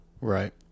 Right